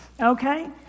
Okay